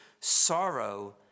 sorrow